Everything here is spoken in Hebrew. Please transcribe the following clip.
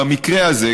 במקרה הזה,